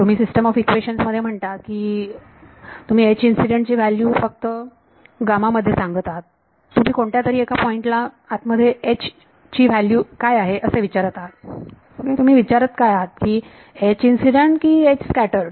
तुम्ही system of equations मध्ये म्हणता तुम्ही H इन्सिडेंट ची व्हॅल्यू फक्त मध्ये सांगत आहात तुम्ही कोणत्यातरी एका पॉईंट ला आत मध्ये H ची व्हॅल्यू काय आहे असे विचारत आहात विचारत आहात तुम्ही काय विचारत आहात H की H इन्सिडेंट की H स्कॅटर्ड